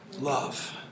Love